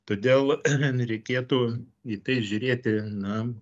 todėl reikėtų į tai žiūrėti na